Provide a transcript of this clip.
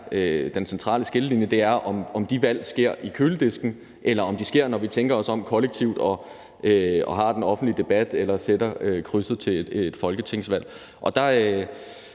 den centrale skillelinje, er, om de valg sker ved køledisken, eller om de sker, når vi tænker os om kollektivt og har den offentlige debat eller sætter krydset til et folketingsvalg.